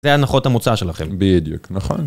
זה הנחות המוצאה שלכם. בדיוק, נכון.